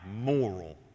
moral